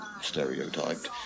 stereotyped